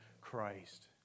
Christ